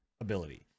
ability